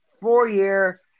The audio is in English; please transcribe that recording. four-year